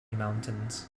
mountains